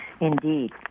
Indeed